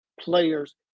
players